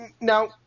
now